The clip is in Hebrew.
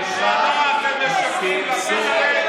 למה אתה משקר?